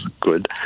good